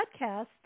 podcast